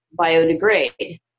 biodegrade